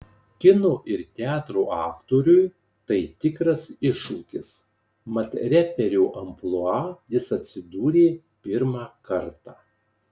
kino ir teatro aktoriui tai tikras iššūkis mat reperio amplua jis atsidūrė pirmą kartą